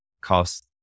cost